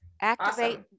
Activate